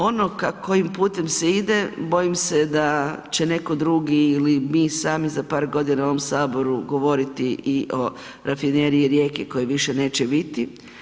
Ono kojim putem se ide, bojim se da će netko drugi ili mi sami za par godina u ovom Saboru govoriti i o Rafineriji Rijeka koje više neće biti.